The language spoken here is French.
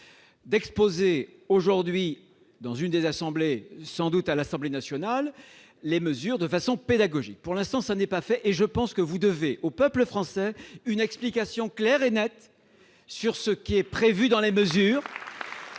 d'exposer aujourd'hui, dans l'une des assemblées, sans doute à l'Assemblée nationale, les mesures de façon pédagogique. Pour l'instant, cela n'a pas été fait. Monsieur le ministre, je pense que vous devez au peuple français une explication claire et nette sur le contenu de ces mesures